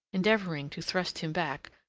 endeavouring to thrust him back,